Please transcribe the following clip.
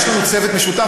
יש לנו צוות משותף,